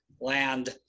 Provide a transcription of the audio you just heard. land